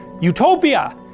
utopia